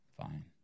Fine